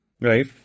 Right